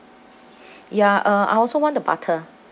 ya uh I also want the butter